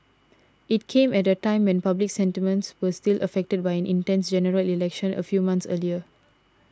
it came at a time when public sentiments were still affected by an intense General Election a few months earlier